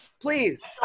please